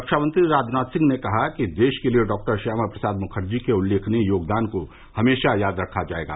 रक्षामंत्री राजनाथ सिंह ने कहा कि देश के लिए डॉक्टर श्यामा प्रसाद मुखर्जी के उल्लेखनीय योगदान को हमेशा याद रखा जाएगा